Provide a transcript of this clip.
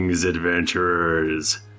adventurers